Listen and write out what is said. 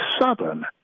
southern